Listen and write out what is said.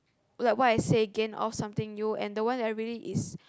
like what I say gain off something you